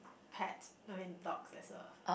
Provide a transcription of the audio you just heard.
pets no I mean dogs as a